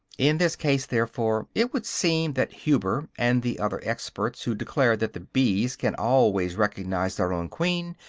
in this case, therefore, it would seem that huber, and the other experts who declare that the bees can always recognize their own queen,